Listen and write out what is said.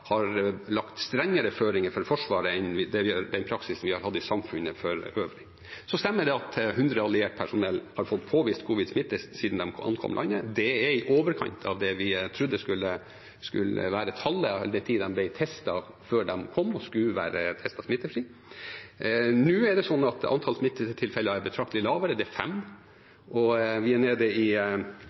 har på mange måter lagt strengere føringer for Forsvaret enn den praksisen vi har hatt i samfunnet for øvrig. Så stemmer det at 100 alliert personell har fått påvist covidsmitte siden de ankom landet. Det er i overkant av det vi trodde skulle være tallet, all den tid de ble testet før de kom, og skulle være smittefrie. Nå er antallet smittetilfeller betraktelig lavere. Det er fem, og et mye lavere antall er i